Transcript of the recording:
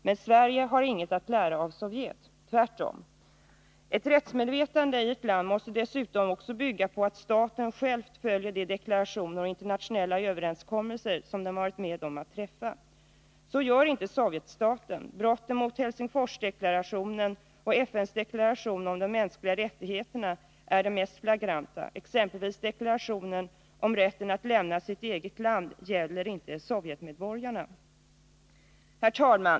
Men Sverige har inget att lära av Sovjet. Tvärtom. Ett rättsmedvetande i ett land måste dessutom bygga på att staten själv följer de deklarationer och internationella överenskommelser som den har varit med om att träffa. Så gör inte Sovjetstaten. Brotten mot Helsingforsdeklarationen och FN:s deklaration om de mänskliga rättigheterna är de mest flagranta. Deklarationen om rätten att lämna sitt eget land gäller exempelvis inte Sovjetmedborgarna. Herr talman!